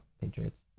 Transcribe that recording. Patriots